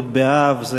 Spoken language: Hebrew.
י' באב,